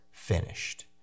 finished